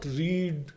read